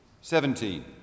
Seventeen